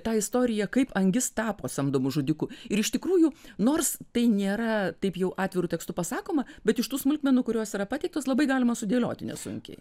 tą istoriją kaip angis tapo samdomu žudiku ir iš tikrųjų nors tai nėra taip jau atviru tekstu pasakoma bet iš tų smulkmenų kurios yra pateiktos labai galima sudėlioti nesunkiai